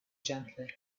gently